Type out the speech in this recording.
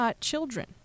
children